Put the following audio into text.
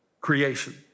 creation